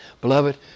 Beloved